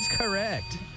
correct